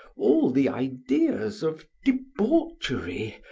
all the ideas of debauchery,